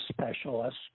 specialist